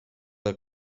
del